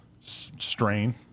strain